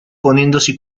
ponendosi